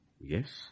Yes